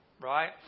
right